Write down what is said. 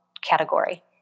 category